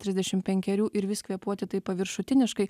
trisdešim penkerių ir vis kvėpuoti taip paviršutiniškai